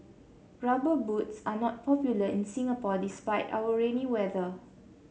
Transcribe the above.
rubber boots are not popular in Singapore despite our rainy weather